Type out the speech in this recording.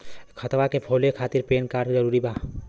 खतवा के खोले खातिर पेन कार्ड जरूरी बा?